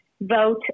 vote